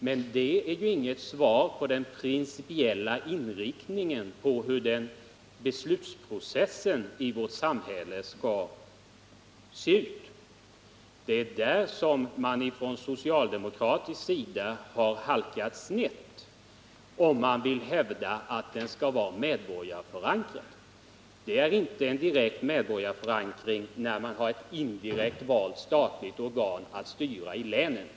Men det innebär ju inget svar på frågan om hur beslutsprocessen i vårt samhälle skall se ut. Där har man från socialdemokratisk sida halkat snett, om man verkligen vill hävda att dess förslag skall vara medborgarförankrade. Det är ingen direkt medborgarförankring där ett indirekt valt statligt organ styr i länen.